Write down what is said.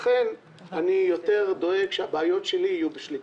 לכן אני יותר דואג שהביות שלי יהיו בשליטתי.